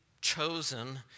chosen